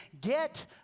get